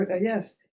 Yes